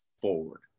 forward